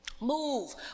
move